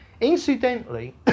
Incidentally